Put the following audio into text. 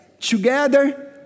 together